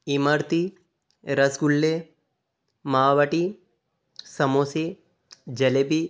इमरती रसगुल्ले मावा बाटी समोसे जलेबी